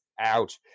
out